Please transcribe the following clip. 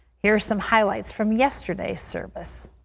here are some highlights from yesterday's service.